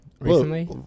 recently